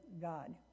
god